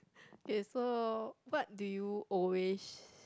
okay so what do you always